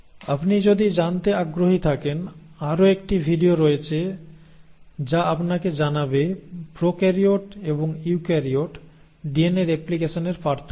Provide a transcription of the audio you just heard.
আপনি যদি জানতে আগ্রহী থাকেন আরও একটি ভিডিও রয়েছে যা আপনাকে জানাবে প্রোক্যারিওট এবং ইউক্যারিওট ডিএনএ রেপ্লিকেশন এর পার্থক্য কি